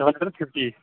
fifty